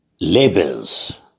labels